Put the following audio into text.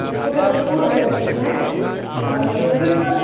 بہٕ کرہو تۄہہِ فوٹوٗگرٛاف تہِ سیٚنٛڈ تہٕ تُہۍ کر